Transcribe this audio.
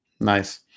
Nice